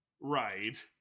right